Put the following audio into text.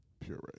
puree